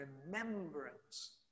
remembrance